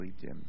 dim